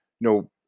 No